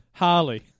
Harley